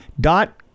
Dot